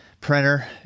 printer